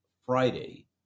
Friday